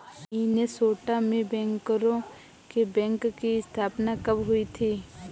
Minnesota में बैंकरों के बैंक की स्थापना कब हुई थी?